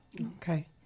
okay